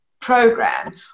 program